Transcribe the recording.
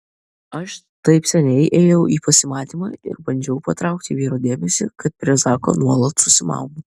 aš taip seniai ėjau į pasimatymą ir bandžiau patraukti vyro dėmesį kad prie zako nuolat susimaunu